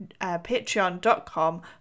patreon.com